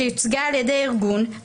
שיוצגה על ידי ארגון,